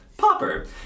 Popper